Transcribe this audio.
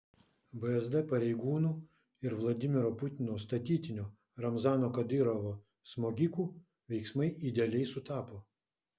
vsd pareigūnų ir vladimiro putino statytinio ramzano kadyrovo smogikų veiksmai idealiai sutapo